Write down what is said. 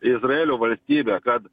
izraelio valstybė kad